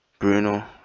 Bruno